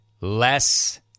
less